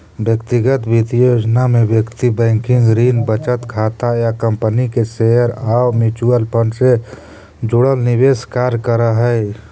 व्यक्तिगत वित्तीय योजना में व्यक्ति बैंकिंग, ऋण, बचत खाता या कंपनी के शेयर आउ म्यूचुअल फंड से जुड़ल निवेश कार्य करऽ हइ